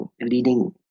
leading